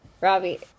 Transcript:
Robbie